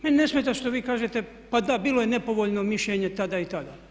Meni ne smeta što vi kažete, pa da, bilo je nepovoljno mišljenje tada i tada.